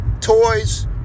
toys